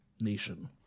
Nation